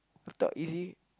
I thought easy